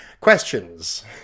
questions